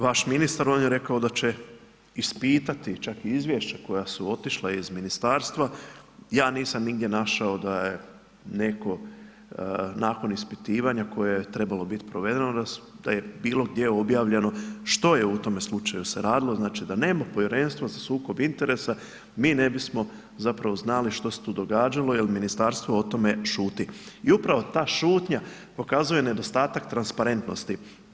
Vaš ministar, on je rekao da će ispitati čak i izvješća koja su otišla iz ministarstva, ja nisam nigdje našao da je netko nakon ispitivanja koje je trebalo biti provedeno da je bilo gdje objavljeno što je u tome slučaju se radilo, znači da nema povjerenstvo za sukob interesa, mi ne bismo zapravo znali što se tu događalo jer ministarstvo o tome šuti i upravo ta šutnja pokazuje nedostatak transparentnosti.